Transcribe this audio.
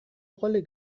rolle